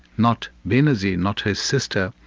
not benazir, not her sister,